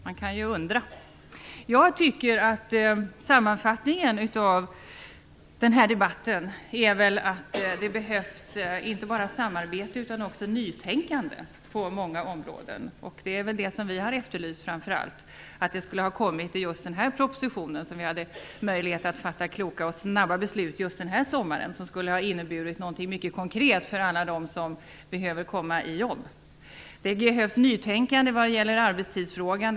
Man kan ju undra. Sammanfattningen av den här debatten är, tycker jag, att det behövs inte bara samarbete utan också nytänkande på många områden. Vi har efterlyst det i just den här propositionen, så att vi hade haft möjlighet att fatta snabba och kloka beslut just den här sommaren. Det skulle ha inneburit något mycket konkret för alla dem som behöver få ett jobb. Det behövs nytänkande vad gäller arbetstidsfrågan.